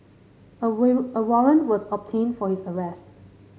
a warrant was obtained for his arrest